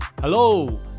Hello